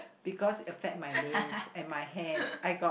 because affect my nails and my hand I got